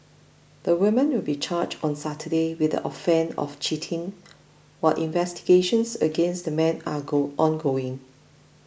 the woman will be charged on Saturday with the offence of cheating while investigations against the man are go ongoing